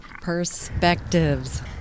Perspectives